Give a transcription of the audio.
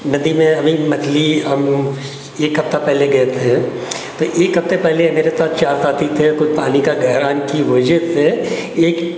नदी में अभी मछली हम एक हफ्ता पहले गए थे तो एक हफ्ते पहले मेरे साथ चार साथी थे और कुछ पानी का गहराई की वज़ह से एक